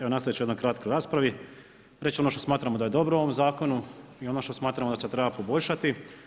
Evo nastaviti ću u jednoj kratko raspravi, reći ću ono što smatramo da je dobro u ovom zakonu i ono što smatramo da se treba poboljšati.